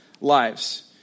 lives